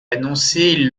annoncée